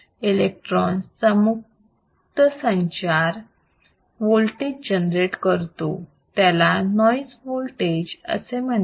electrons चा मुक्त संचार वोल्टेज जनरेट करतो त्याला नॉइज वोल्टेज असे म्हणतात